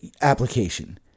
application